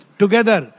together